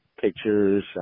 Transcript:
pictures